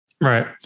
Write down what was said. Right